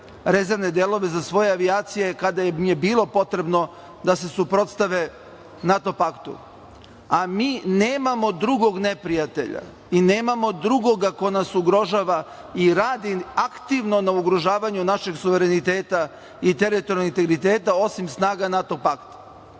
rezervne delove za svoje avijacije kada im je bilo potrebno da se suprotstave NATO paktu. Mi nemamo drugog neprijatelja i nemamo drugoga ko nas ugrožava i radi aktivno na ugrožavanja našeg suvereniteta i teritorijalnog integriteta, osim snaga NATO pakta.